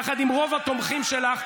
יחד עם רוב התומכים שלך.